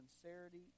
sincerity